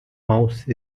mouse